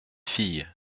fille